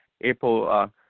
April